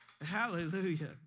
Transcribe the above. Hallelujah